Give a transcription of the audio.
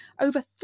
over